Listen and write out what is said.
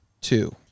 two